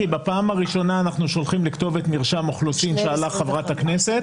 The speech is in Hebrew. כי בפעם הראשונה אנחנו שולחים לכתובת מרשם האוכלוסין לשאלת חברת הכנסת